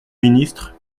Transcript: ministre